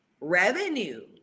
revenue